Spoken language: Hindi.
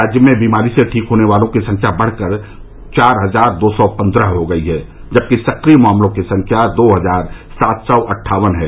राज्य में बीमारी से ठीक होने वालों की संख्या बढ़कर चार हजार दो सौ पन्द्रह हो गई है जबकि सक्रिय मामलों की संख्या दो हजार सात सौ अट्ठावन है